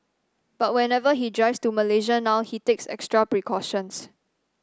but whenever he drives to Malaysia now he takes extra precautions